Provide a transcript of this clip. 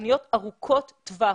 בתוכניות ארוכות טווח.